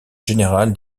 général